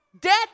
Death